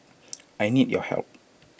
I need your help